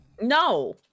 No